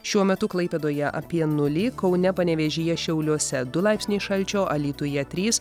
šiuo metu klaipėdoje apie nulį kaune panevėžyje šiauliuose du laipsniai šalčio alytuje trys